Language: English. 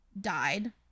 died